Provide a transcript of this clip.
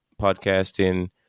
Podcasting